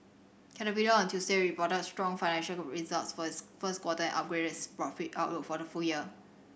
caterpillar on Tuesday reported strong financial results for its first quarter and upgraded its profit outlook for the full year